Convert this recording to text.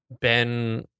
Ben